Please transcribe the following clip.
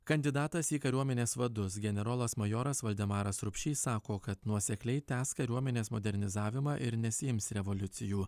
kandidatas į kariuomenės vadus generolas majoras valdemaras rupšys sako kad nuosekliai tęs kariuomenės modernizavimą ir nesiims revoliucijų